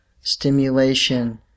stimulation